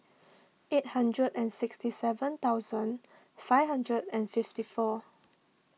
eight hundred and sixty seven thousand five hundred and fifty four